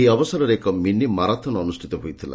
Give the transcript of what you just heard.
ଏ ଅବସରରେ ଏକ mini marathon ଅନୁଷ୍ଟିତ ହୋଇଥିଲା